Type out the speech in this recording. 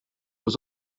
was